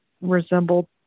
resembled